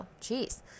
Jeez